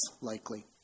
likely